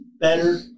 better